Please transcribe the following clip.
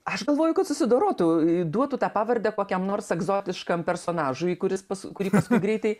aš galvoju kad susidorotų duotų tą pavardę kokiam nors egzotiškam personažui kuris pas kurį paskui greitai